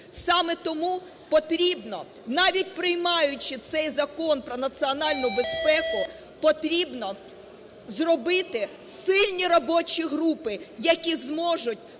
Саме тому потрібно, навіть приймаючи цей Закон про національну безпеку, потрібно зробити сильні робочі групи, які зможуть